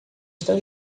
está